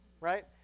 right